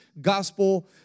Gospel